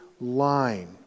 line